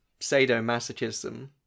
sadomasochism